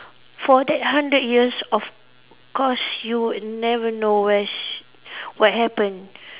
for that hundred years of course you would never know where's what happened